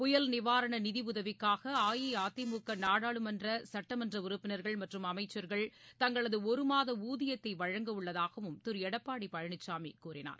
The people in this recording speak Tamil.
புயல் நிவாரண நிதி உதவிக்காக அஇஅதிமுக நாடாளுமன்ற சட்டமன்ற உறுப்பினர்கள் மற்றும் அமைச்சர்கள் தங்களது ஒரு மாத ஊதியத்தை வழங்க உள்ளதாகவும் திரு எடப்பாடி பழனிசாமி தெரிவித்தார்